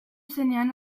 zenean